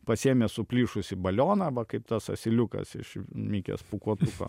pasiėmė suplyšusį balioną va kaip tas asiliukas iš mikės pūkuotuko